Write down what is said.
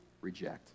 reject